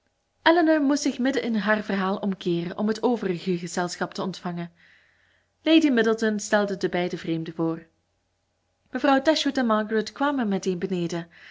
elinor moest zich midden in haar verhaal omkeeren om het overige gezelschap te ontvangen lady middleton stelde de beide vreemden voor mevrouw dashwood en margaret kwamen meteen beneden